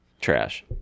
Trash